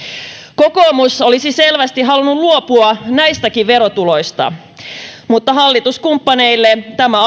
kokoomus olisi selvästi halunnut luopua näistäkin verotuloista mutta hallituskumppaneille tämä